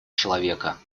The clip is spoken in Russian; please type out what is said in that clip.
человека